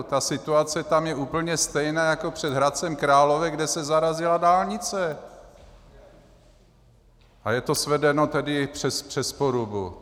Ta situace tam je úplně stejná jako před Hradcem Králové, kde se zarazila dálnice, a je to svedeno přes Porubu.